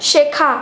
শেখা